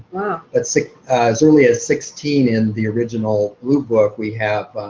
but so as early as sixteen in the original blue book, we have